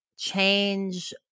change